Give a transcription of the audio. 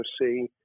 see